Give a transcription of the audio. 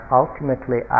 ultimately